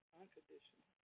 Unconditional